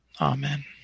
Amen